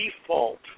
default